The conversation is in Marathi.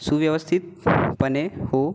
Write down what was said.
सुव्यवस्थित पणे हो